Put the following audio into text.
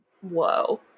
whoa